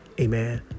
amen